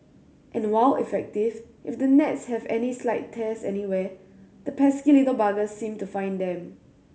and while effective if the nets have any slight tears anywhere the pesky little buggers seem to find them